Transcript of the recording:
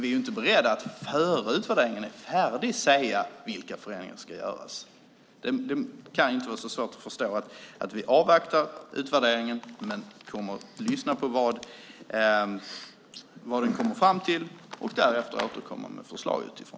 Vi är dock inte beredda att innan den är färdig säga vilka förändringar som ska göras. Det kan inte vara så svårt att förstå att vi avvaktar utvärderingen men kommer att lyssna på vad den kommer fram till och därefter återkomma med förslag utifrån det.